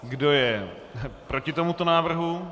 Kdo je proti tomuto návrhu?